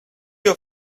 your